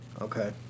Okay